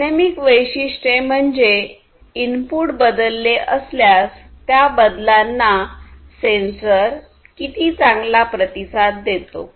dynamic वैशिष्ट्ये म्हणजे input बदलले असल्यास त्या बदलांना सेंसर किती चांगला प्रतिसाद देतो